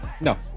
No